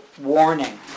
warning